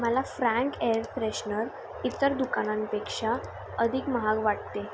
मला Frank air freshener इतर दुकानांपेक्षा अधिक महाग वाटते